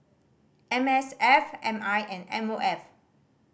M S F M I and M O F